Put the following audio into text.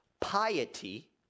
piety